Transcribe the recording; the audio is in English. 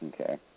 Okay